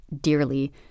dearly